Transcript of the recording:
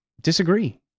disagree